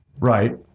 Right